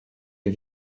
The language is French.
les